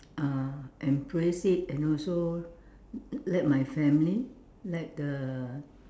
uh embrace it and also let my family let the